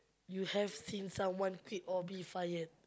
you have seen someone quit or be fired